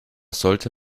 sollte